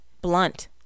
blunt